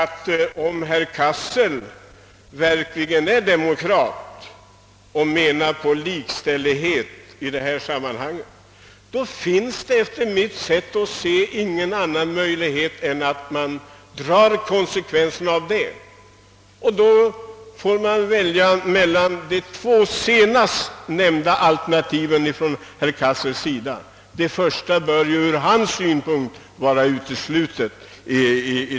Om herr Cassel verkligen är demokrat och menar allvar med talet om likställighet, finns det ju enligt mitt sätt att se ingen annan möjlighet än att han också drar konsekvenserna därav och då får välja mellan sina egna båda sist nämnda alternativ. Det första bör även ur hans synpunkt vara uteslutet.